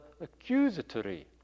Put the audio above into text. accusatory